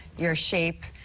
your shape,